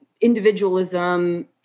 individualism